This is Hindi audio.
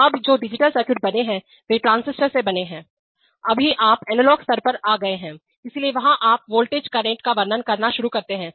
तो अब जो डिजिटल सर्किट बने हैं वे ट्रांजिस्टर से बने हैं अभी आप एनालॉग स्तर पर आ गए हैं इसलिए वहां आप वोल्टेजकरंट का वर्णन करना शुरू करते हैं